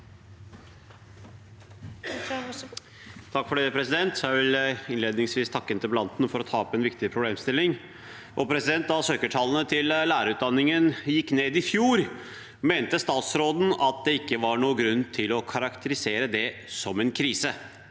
Raja (V) Jeg vil innledningsvis tak- ke interpellanten for å ta opp en viktig problemstilling. Da søkertallene til lærerutdanningen gikk ned i fjor, mente statsråden det ikke var noen grunn til å karakterisere det som en krise.